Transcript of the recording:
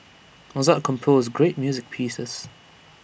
Mozart composed great music pieces